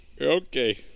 Okay